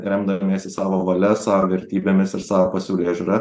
remdamiesi savo valia savo vertybėmis ir savo pasaulėžiūra